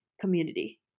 community